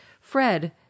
Fred